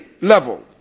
level